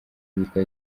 witwa